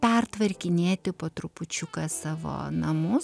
pertvarkinėti po trupučiuką savo namus